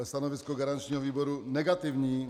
Stanovisko garančního výboru negativní.